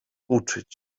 uczyć